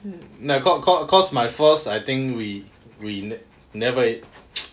like cause cause cause my first I think we we never eh